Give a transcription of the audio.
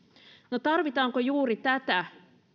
no tarvitaanko juuri tätä